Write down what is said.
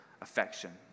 affection